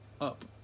up